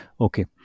okay